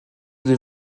des